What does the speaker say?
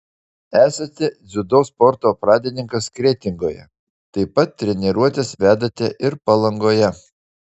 esate dziudo sporto pradininkas kretingoje taip pat treniruotes vedate ir palangoje